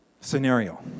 scenario